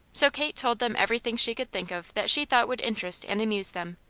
so kate told them everything she could think of that she thought would interest and amuse them,